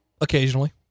occasionally